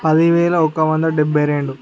పదివేల ఒక వంద డెబ్బై రెండు